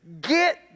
Get